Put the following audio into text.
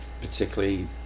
particularly